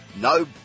No